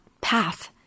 path